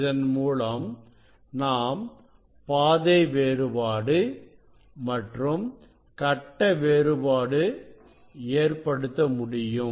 இதன் மூலம் நாம் பாதை வேறுபாடு மற்றும் கட்ட வேறுபாடு ஏற்படுத்த முடியும்